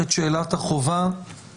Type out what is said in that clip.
את הסוגיה הזאת עברנו.